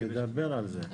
אני חושב שמיצינו את הדיון,